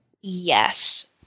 Yes